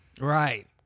Right